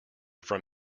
from